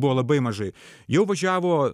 buvo labai mažai juo važiavo